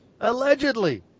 Allegedly